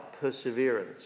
perseverance